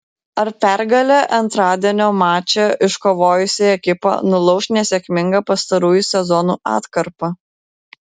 ar pergalę antradienio mače iškovojusi ekipa nulauš nesėkmingą pastarųjų sezonų atkarpą